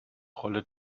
rolle